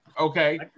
Okay